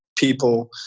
People